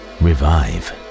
revive